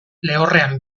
lehorrean